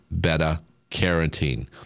beta-carotene